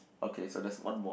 okay so that's one more